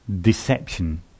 Deception